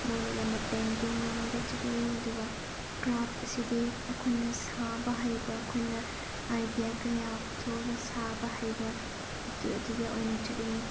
ꯃꯣꯏꯅ ꯑꯌꯥꯝꯕ ꯄꯦꯟꯇꯤꯡꯂꯣꯝꯗ ꯆꯠꯂꯤ ꯑꯗꯨꯒ ꯀ꯭ꯔꯥꯐ ꯑꯁꯤꯗꯤ ꯑꯩꯈꯣꯏꯅ ꯁꯥꯕ ꯍꯩꯕ ꯑꯩꯈꯣꯏꯅ ꯑꯥꯏꯗꯤꯌꯥ ꯀꯌꯥ ꯄꯨꯊꯣꯛꯑꯒ ꯁꯥꯕ ꯍꯩꯕ ꯑꯗꯨꯗꯨꯗ ꯑꯣꯏꯅ ꯆꯠꯂꯤ